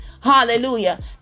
Hallelujah